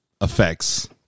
effects